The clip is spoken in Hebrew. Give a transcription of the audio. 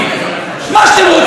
מה שאתם רוצים,